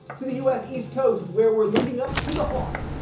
to the u s. east coast, where we're looking up to the hawks.